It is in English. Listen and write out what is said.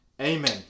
amen